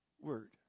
word